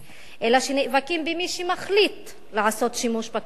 אלא שנאבקים במי שמחליט לעשות שימוש בכוח,